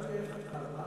בחייך,